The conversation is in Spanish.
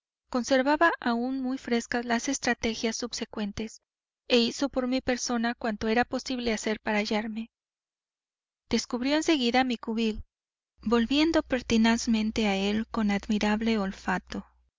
conservaba aún muy frescas las estrategias subsecuentes e hizo por mi persona cuanto era posible hacer para hallarme descubrió en seguida mi cubil volviendo pertinazmente a él con admirable olfato